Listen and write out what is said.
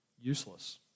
useless